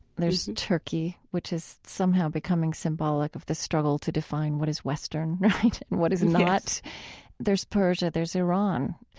there's turkey, which is somehow becoming symbolic of the struggle to define what is western, right, and what is not yes there's persia, there's iran.